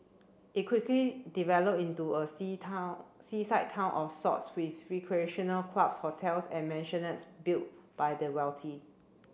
it quickly developed into a sea town seaside town of sorts with recreational clubs hotels and mansionettes built by the wealthy